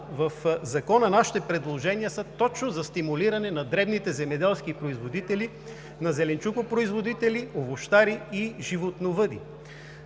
в Закона нашите предложения са точно за стимулиране на дребните земеделски производители, на зеленчукопроизводители, овощари и животновъди.